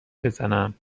بزنم